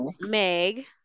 meg